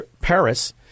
Paris